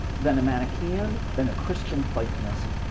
then a manichean, then a christian platonist,